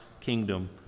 kingdom